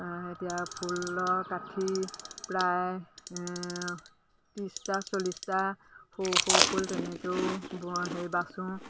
এতিয়া ফুলৰ কাঠি প্ৰায় ত্ৰিছটা চল্লিছটা সৰু সৰু ফুল তেনেকেও হেৰি বাচোঁ